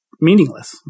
meaningless